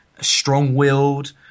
strong-willed